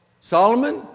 Solomon